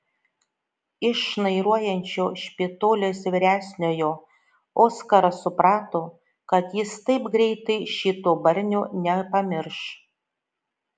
iš šnairuojančio špitolės vyresniojo oskaras suprato kad jis taip greitai šito barnio nepamirš